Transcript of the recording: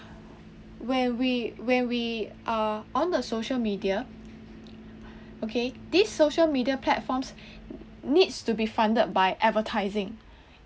where we where we are on the social media okay these social media platforms needs to be funded by advertising